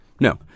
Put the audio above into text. No